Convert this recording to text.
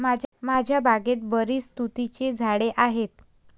माझ्या बागेत बरीच तुतीची झाडे आहेत